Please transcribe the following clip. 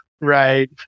Right